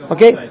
Okay